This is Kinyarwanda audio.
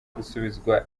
gusubizwa